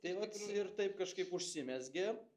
taip vats ir taip kažkaip užsimezgė